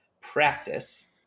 practice